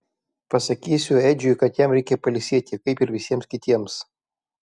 pasakysiu edžiui kad jam reikia pailsėti kaip ir visiems kitiems